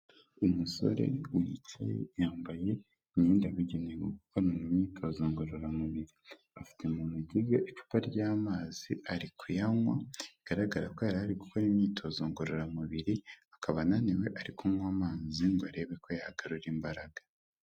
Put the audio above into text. Uyu umusore wicaye yambaye imyenda yabugenewe mu gukorana imyitozo ngororamubiri, afite mu ntoki ze icupa ry'amazi ari ku yanywa bigaragara ko yari ari gukora imyitozo ngororamubiri akaba ananiwe ari kunywa amazi ngo arebe ko yagarura imbaraga.